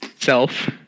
self